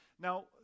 Now